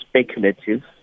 speculative